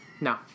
no